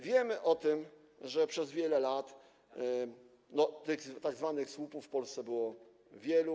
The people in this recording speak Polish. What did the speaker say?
Wiemy o tym, że przez wiele lat tych tzw. słupów w Polsce było wielu.